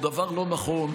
הוא דבר לא נכון.